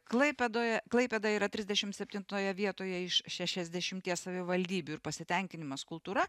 klaipėdoje klaipėda yra trisdešim septintoje vietoje iš šešiasdešimties savivaldybių ir pasitenkinimas kultūra